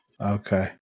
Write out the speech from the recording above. Okay